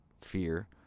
fear